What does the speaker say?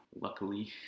luckily